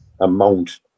amount